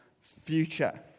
future